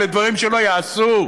אלה דברים שלא ייעשו.